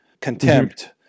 contempt